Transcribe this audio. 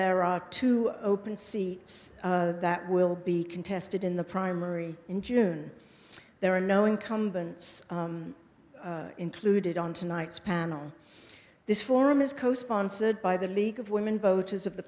there are two open seats that will be contested in the primary in june there are no incumbents included on tonight's panel this forum is co sponsored by the league of women voters of the